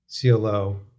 CLO